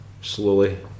slowly